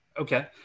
Okay